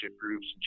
groups